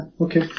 okay